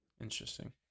Interesting